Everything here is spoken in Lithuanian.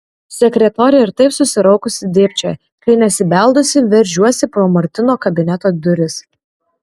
sekretorė ir taip susiraukusi dėbčioja kai nesibeldusi veržiuosi pro martino kabineto duris